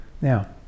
Now